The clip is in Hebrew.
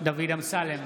דוד אמסלם,